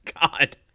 god